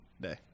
Day